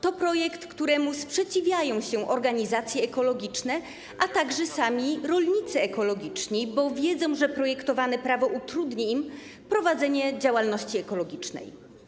To projekt, któremu sprzeciwiają się organizacje ekologiczne, a także sami rolnicy ekologiczni, bo wiedzą, że projektowane prawo utrudni im prowadzenie działalności ekologicznej.